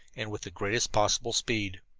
and with the greatest possible speed.